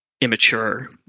immature